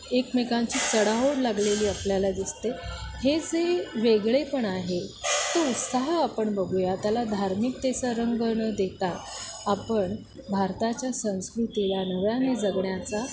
एकमेकांची चढाओढ लागलेली आपल्याला दिसते हे जे वेगळेपण आहे तो उत्साह आपण बघूया त्याला धार्मिकतेचा रंग न देता आपण भारताच्या संस्कृतीला नव्याने जगण्याचा